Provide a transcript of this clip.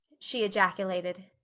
she ejaculated.